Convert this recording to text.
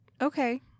Okay